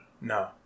No